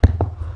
תשומת הלב.